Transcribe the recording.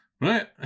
Right